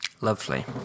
Lovely